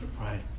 right